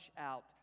out